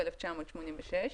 התשמ"ו-1986.